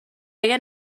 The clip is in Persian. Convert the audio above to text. اگر